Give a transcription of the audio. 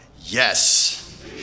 Yes